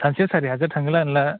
सासेआव सारि हाजार थाङोला होनला